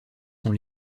sont